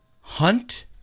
Hunt